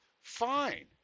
fine